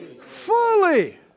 Fully